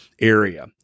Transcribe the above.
area